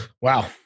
wow